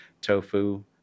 tofu